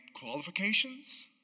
qualifications